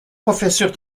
professeur